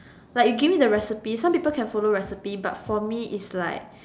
like you give me the recipe some people can follow the recipe but for me is like